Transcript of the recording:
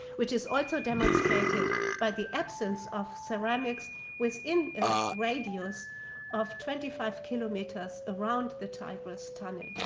which is also demonstrated by the absence of ceramics within a radius of twenty five kilometers around the tigris tunnel.